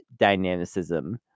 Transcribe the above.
dynamicism